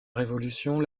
révolution